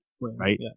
right